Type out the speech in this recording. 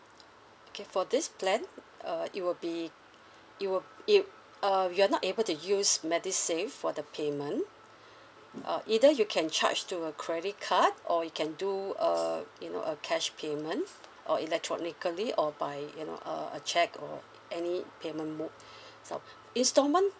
okay for this plan uh it will be it will it uh we're not able to use medisave for the payment uh either you can charge to a credit card or you can do uh you know a cash payment or electronically or buy you know uh a cheque or any payment mode so installment